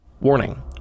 Warning